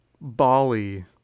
Bali